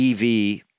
EV